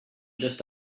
just